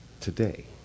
today